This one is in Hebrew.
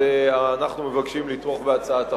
אנחנו מבקשים לתמוך בהצעת החוק.